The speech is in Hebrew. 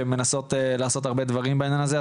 שמנסות לעשות הרבה דברים בעניין הזה.